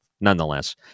nonetheless